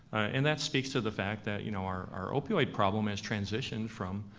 and that speaks to the fact that you know our opioid problem has transitioned from